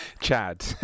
Chad